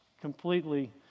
completely